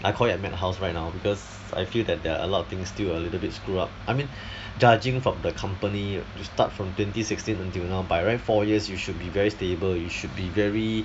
I call it a mad house right now because I feel that there are a lot of things still a little bit screw up I mean judging from the company to start from twenty sixteen until now by right four years you should be very stable you should be very